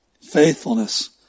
Faithfulness